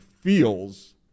feels